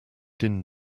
din